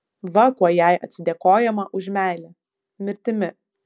va kuo jai atsidėkojama už meilę mirtimi